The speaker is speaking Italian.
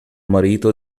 marito